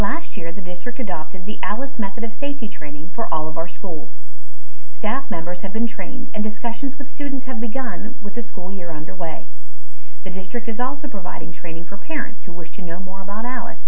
last year the district adopted the alice method of safety training for all of our schools staff members have been trained and discussions with students have begun with the school year underway the district is also providing training for parents who wish to know more about alice